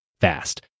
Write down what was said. fast